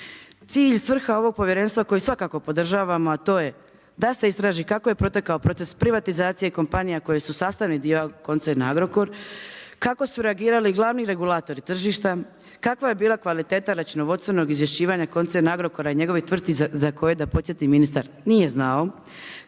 Cilj i svrha ovog povjerenstva koje svakako podržavamo, a to je da se istraži kako je protek procesa privatizacije kompanija koje su sastavni dio koncerna Agrokor, kako su reagirali glavni regulatori tržišta, kakva je bila kvaliteta računovodstvenog izvješćivanja koncerna Agrokora za koje da podsjetim ministar nije znao,